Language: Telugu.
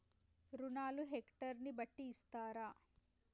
రుణాలు హెక్టర్ ని బట్టి ఇస్తారా?